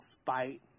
spite